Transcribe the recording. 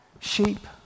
sheep